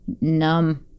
numb